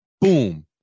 boom